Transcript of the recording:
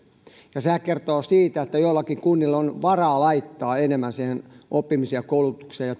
sehän kertoo siitä että joillakin kunnilla on varaa laittaa enemmän rahaa siihen oppimiseen koulutukseen ja